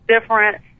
different